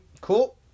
Cool